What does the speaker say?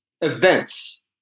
events